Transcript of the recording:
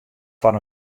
foar